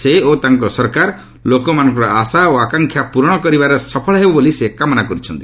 ସେ ଓ ତାଙ୍କ ସରକାର ଲୋକମାନଙ୍କର ଆଶା ଓ ଆକାଂକ୍ଷାର ପୂରଣ କରିବାରେ ସଫଳ ହେବେ ବୋଲି ସେ କାମନା କରିଛନ୍ତି